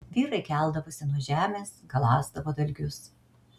vyrai keldavosi nuo žemės galąsdavo dalgius